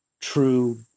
true